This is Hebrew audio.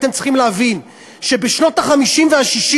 אתם צריכים להבין שבשנות ה-60-50,